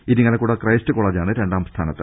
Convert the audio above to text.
Irinjalakuda Christ കോളജാണ് രണ്ടാംസ്ഥാനത്ത്